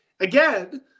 Again